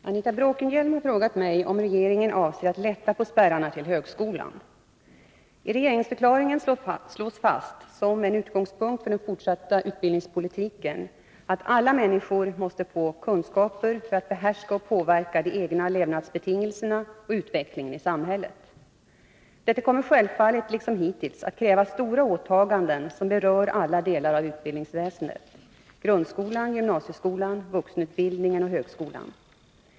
Herr talman! Anita Bråkenhielm har frågat mig om regeringen avser att lätta på spärrarna till högskolan. I regeringsförklaringen slås fast som en utgångspunkt för den fortsatta utbildningspolitiken att alla människor måste få kunskaper för att behärska och påverka de egna levnadsbetingelserna och utvecklingen i samhället. Detta kommer självfallet liksom hittills att kräva stora åtaganden, som berör alla delar av utbildningsväsendet: grundskolan, gymnasieskolan, vuxenutbildningen och högskolan.